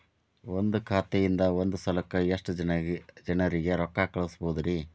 ಒಂದ್ ಖಾತೆಯಿಂದ, ಒಂದ್ ಸಲಕ್ಕ ಎಷ್ಟ ಜನರಿಗೆ ರೊಕ್ಕ ಕಳಸಬಹುದ್ರಿ?